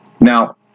Now